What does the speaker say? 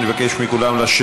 אני אבקש לשבת,